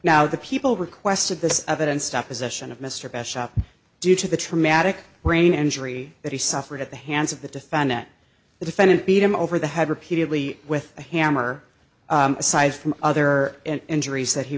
now the people requested this evidence deposition of mr best shot due to the traumatic brain injury that he suffered at the hands of the defendant the defendant beat him over the head repeatedly with a hammer aside from other injuries that he